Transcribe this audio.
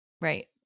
Right